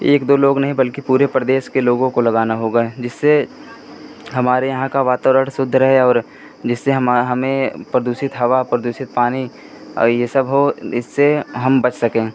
एक दो लोग नहीं बल्कि पूरे प्रदेश के लोगों को लगाना होगा जिससे हमारे यहाँ का वातावरण शुद्ध रहे और जिससे हम हमें प्रदूषित हवा प्रदूषित पानी और ये सब हो इससे हम बच सकें